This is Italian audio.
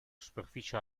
superficie